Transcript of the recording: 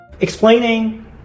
Explaining